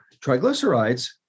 triglycerides